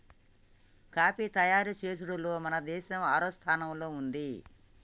coffee తయారు చేసుడులో మన దేసం ఆరవ స్థానంలో ఉంది